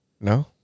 No